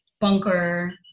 bunker